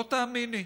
לא תאמיני: